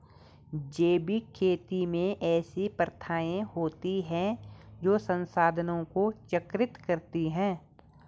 जैविक खेती में ऐसी प्रथाएँ होती हैं जो संसाधनों को चक्रित करती हैं